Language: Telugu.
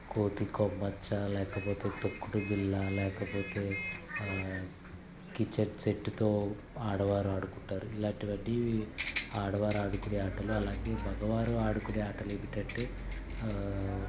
కోతి కొమ్మచ్చా లేకపోతే తొక్కుడు బిల్లా లేకపోతే కిచెన్ సెట్టుతో ఆడవారు ఆడుకుంటారు ఇలాంటివన్నీ ఆడవారు ఆడుకొనే ఆటలు మగవారు ఆడుకొనే ఆటలు ఏమిటంటే